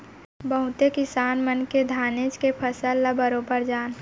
बहुते किसान मन के धानेच के फसल ल बरोबर जान